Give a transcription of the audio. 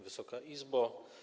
Wysoka Izbo!